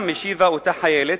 גם השיבה אותה חיילת.